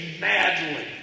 madly